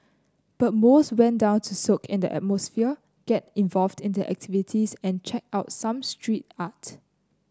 but most went down to soak in the atmosphere get involved in the activities and check out some street art